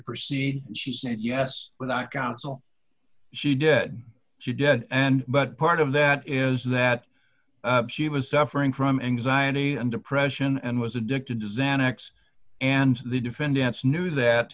proceed she said yes without counsel she dead she dead and but part of that is that she was suffering from anxiety and depression and was addicted to xanax and the defendants knew that